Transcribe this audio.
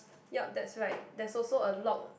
yup that's right there's also a lock